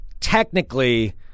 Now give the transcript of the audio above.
technically